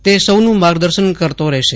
તે સૌનું માર્ગદર્શન કરતો રહેશે